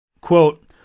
quote